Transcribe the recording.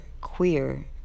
queer